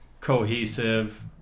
cohesive